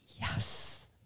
yes